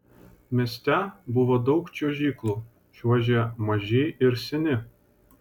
mieste buvo daug čiuožyklų čiuožė maži ir seni